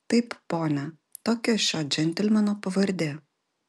taip pone tokia šio džentelmeno pavardė